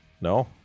No